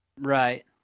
Right